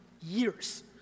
years